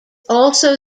also